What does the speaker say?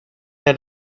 had